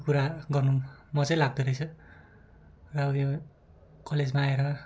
त्यो कुरा गर्नु मजै लाग्दोरहेछ र यो कलेजमा आएर